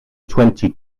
twenty